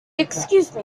excuse